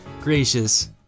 Gracious